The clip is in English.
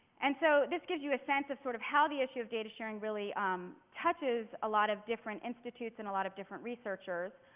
and so this gives you a sense of sort of how the issue of data sharing really um touches a lot of different institutes and a lot of different researchers.